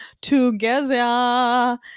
together